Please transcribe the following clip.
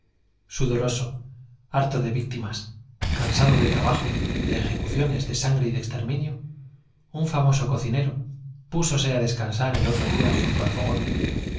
sudoroso harto de víctimas cansado de trabajo de ejecuciones de sangre y de exterminio un famoso cocinero púsose á descansar el otro día junto al fogón